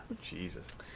Jesus